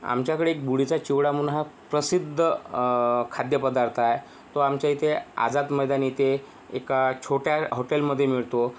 आमच्याकडे एक बुढीचा चिवडा म्हणुन हा प्रसिद्ध खाद्यपदार्थ आहे तो आमच्या येथे आझाद मैदान येथे एका छोट्या हॉटेलमध्ये मिळतो